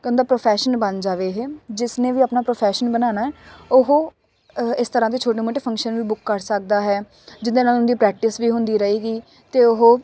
ਕਿ ਉਹਦਾ ਪ੍ਰੋਫੈਸ਼ਨ ਬਣ ਜਾਵੇ ਇਹ ਜਿਸ ਨੇ ਵੀ ਆਪਣਾ ਪ੍ਰੋਫੈਸ਼ਨ ਬਣਾਉਣਾ ਉਹ ਇਸ ਤਰ੍ਹਾਂ ਦੇ ਛੋਟੇ ਮੋਟੇ ਫੰਕਸ਼ਨ ਵੀ ਬੁੱਕ ਕਰ ਸਕਦਾ ਹੈ ਜਿਹਦੇ ਨਾਲ ਉਹਦੀ ਪ੍ਰੈਕਟਿਸ ਵੀ ਹੁੰਦੀ ਰਹੇਗੀ ਅਤੇ ਉਹ